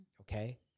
Okay